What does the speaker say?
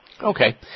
Okay